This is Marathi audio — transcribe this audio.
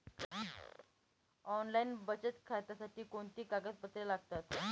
ऑनलाईन बचत खात्यासाठी कोणती कागदपत्रे लागतात?